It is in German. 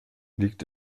liegt